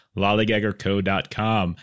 lollygaggerco.com